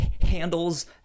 handles